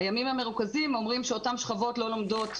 הימים המרוכזים אומרים שאותן שכבות לא לומדות